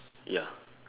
ya